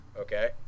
Okay